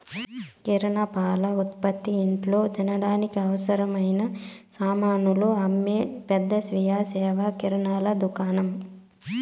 కిరణా, పాల ఉత్పతులు, ఇంట్లో తినడానికి అవసరమైన సామానులు అమ్మే పెద్ద స్వీయ సేవ కిరణా దుకాణం